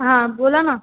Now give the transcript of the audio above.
हां बोला ना